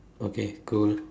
okay cool